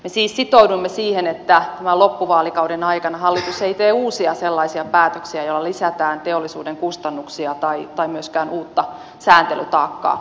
me siis sitouduimme siihen että tämän loppuvaalikauden aikana hallitus ei tee sellaisia uusia päätöksiä joilla lisätään teollisuuden kustannuksia tai myöskään uutta sääntelytaakkaa